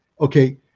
okay